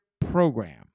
program